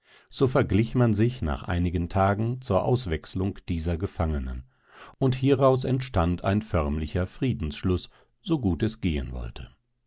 so verglich man sich nach einigen tagen zur auswechslung dieser gefangenen und hieraus entstand ein förmlicher friedensschluß so gut es gehen wollte